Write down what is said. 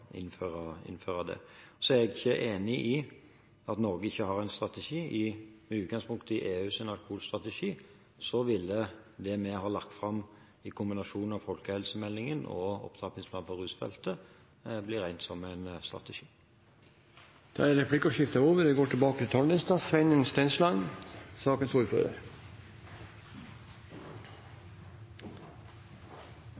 innføre det. Så er jeg ikke enig i at Norge ikke har en strategi. Med utgangspunkt i EUs alkoholstrategi ville det vi har lagt fram, i kombinasjon med folkehelsemeldingen og opptrappingsplanen for rusfeltet, bli regnet som en strategi. Replikkordskiftet er over.